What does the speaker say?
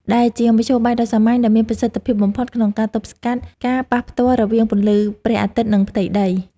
ដែលជាមធ្យោបាយដ៏សាមញ្ញតែមានប្រសិទ្ធភាពបំផុតក្នុងការទប់ស្កាត់ការប៉ះផ្ទាល់រវាងពន្លឺព្រះអាទិត្យ និងផ្ទៃដី។